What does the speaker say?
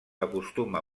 acostuma